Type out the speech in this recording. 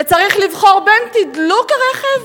וצריך לבדוק בין תדלוק הרכב,